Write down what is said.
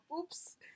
Oops